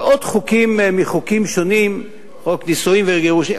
ועוד חוקים מחוקים שונים: חוק נישואין וגירושין,